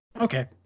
Okay